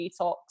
detox